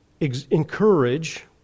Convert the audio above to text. encourage